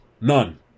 None